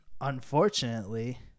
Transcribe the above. unfortunately